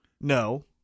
No